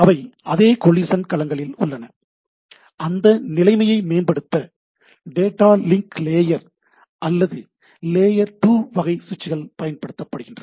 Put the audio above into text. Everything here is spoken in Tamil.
அவை அதே கோலிசன் களங்களில் உள்ளன அந்த நிலைமையை மேம்படுத்த டேட்டா லிங்க் லேயர் அல்லது லேயர் 2 வகை ஸ்விட்ச்கள் பயன்படுத்தப்படுகின்றன